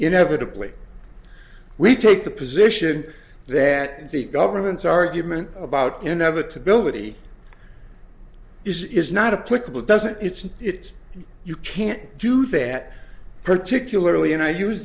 inevitably we take the position that the government's argument about inevitability is not a political doesn't it's it's you can't do that particularly and i use